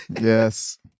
yes